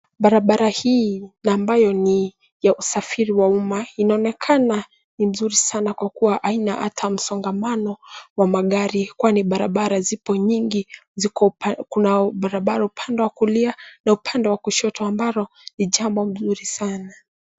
Barabara hii na ambayo ni ya usafiri wa umma inaonekana ni mzuri sana kwa kuwa haina ata msongamano wa magari kwani barabara zipo nyingi, kuna barabara upande wa kulia na upande wa kushoto ambalo ni jambo mzuri sana.